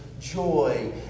joy